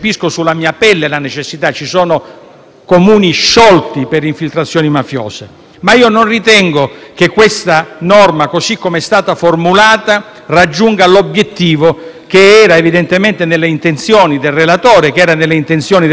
Comuni sciolti per infiltrazioni mafiose. Non ritengo, però, che questa norma, così come è stata formulata, raggiunga l'obiettivo, che era evidentemente nelle intenzioni del relatore e della Commissione che lo ha licenziato.